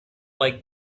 like